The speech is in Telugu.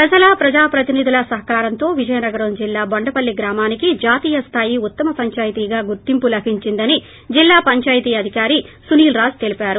ప్రజల ప్రజాప్రతినిధుల సహకారంతో విజయనగరం జిల్లా బొండపల్లి గ్రామానికి జాతీయ స్లాయి ఉత్తమ పందాయితీగా గుర్తింపు లభించిందని జిల్లా పందాయితీ అధికారి సునీల్ రాజ్ తెలిపారు